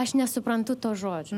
aš nesuprantu to žodžio